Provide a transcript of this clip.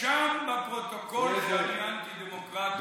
נרשם בפרוטוקול שאני האנטי-דמוקרט הכי מוסרי.